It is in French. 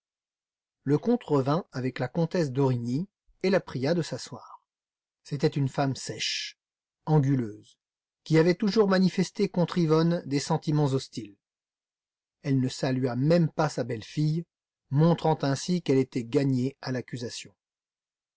le comte revint avec la comtesse d'origny et la pria de s'asseoir c'était une femme sèche anguleuse qui avait toujours manifesté contre yvonne des sentiments hostiles elle ne salua même pas sa belle-fille montrant ainsi qu'elle était gagnée à l'accusation